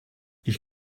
ich